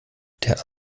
der